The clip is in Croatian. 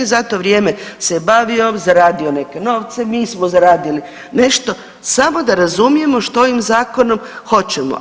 Za to vrijeme se bavio, zaradio neke novce, mi smo zaradili nešto samo da razumijemo što ovim zakonom hoćemo.